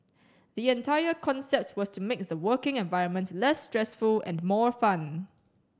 the entire concept was to make the working environment less stressful and more fun